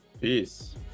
Peace